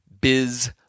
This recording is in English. biz